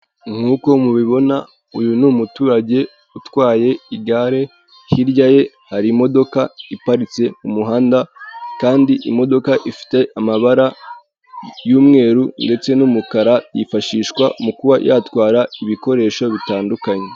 nk'uko mubibona uyu ni umuturage utwaye igare hirya ye hari imodoka iparitse umuhanda kandi imodoka ifite amabara y'umweru ndetse n'umukara yifashishwa mu kuba yatwara ibikoresho bitandukanye.